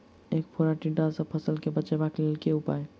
ऐंख फोड़ा टिड्डा सँ फसल केँ बचेबाक लेल केँ उपाय?